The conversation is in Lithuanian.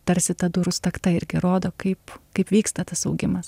tarsi ta durų stakta irgi rodo kaip kaip vyksta tas augimas